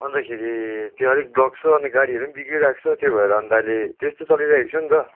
अन्तखेरि त्यो अलिक ब्लक छ अन्त गाडीहरू पनि बिग्रिरहेको छ त्यो भएर अन्त अहिले त्यस्तै चलिरहेको छ नि त